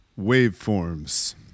Waveforms